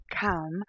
come